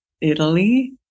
Italy